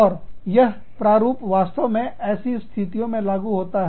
और यह प्रारूप वास्तव में ऐसी स्थितियों में लागू होता है